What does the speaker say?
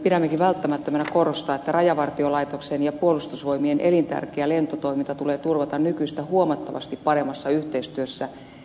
pidämmekin välttämättömänä korostaa että rajavartiolaitoksen ja puolustusvoimien elintärkeä lentotoiminta tulee turvata nykyistä huomattavasti paremmassa yhteistyössä finavian kanssa